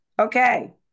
Okay